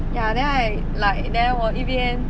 ya then I like then 我一边